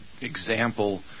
example